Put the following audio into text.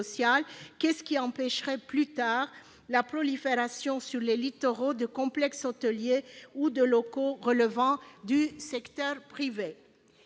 qu'est-ce qui empêcherait, plus tard, la prolifération sur les littoraux de complexes hôteliers ou de locaux relevant du secteur privé ?